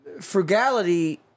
frugality